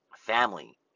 family